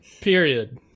Period